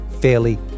fairly